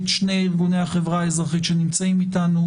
שני ארגוני החברה האזרחית שנמצאים אתנו,